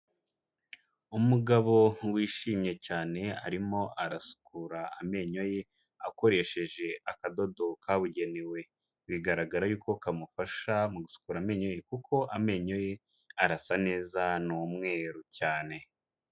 Umugabo wishimye cyane arimo arasukura amenyo ye akoresheje akadodo kabugenewe. Bigaragara yuko kamufasha mu gusukurara amenyo kuko amenyo ye arasa neza ni umweru cyane.